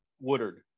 woodard